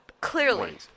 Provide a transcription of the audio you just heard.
Clearly